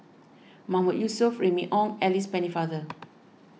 Mahmood Yusof Remy Ong and Alice Pennefather